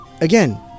again